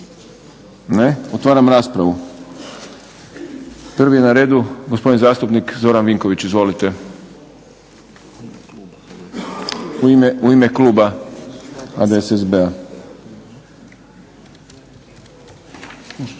Ne. Otvaram raspravu. Prvi je na redu gospodin zastupnik Zoran Vinković u ime Kluba HDSSB-a.